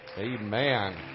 Amen